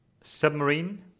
Submarine